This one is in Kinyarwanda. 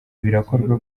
birakorwa